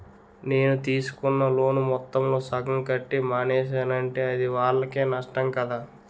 నేను తీసుకున్న లోను మొత్తంలో సగం కట్టి మానేసానంటే అది వాళ్ళకే నష్టం కదా